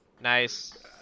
nice